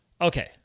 Okay